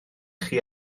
chi